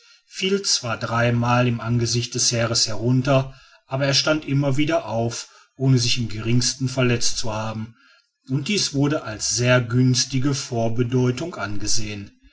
fiel zwar drei mal im angesicht des heeres herunter aber er stand immer wieder auf ohne sich im geringsten verletzt zu haben und dies wurde als sehr günstige vorbedeutung angesehen